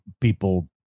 people